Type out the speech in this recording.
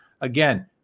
again